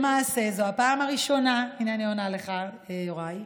למעשה זו הפעם הראשונה, הינה אני עונה לך, יוראי,